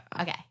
okay